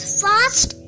fast